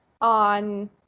on